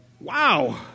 Wow